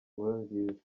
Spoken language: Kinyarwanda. nkurunziza